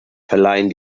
verleihen